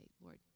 Lord